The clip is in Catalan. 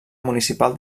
municipal